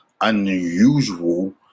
unusual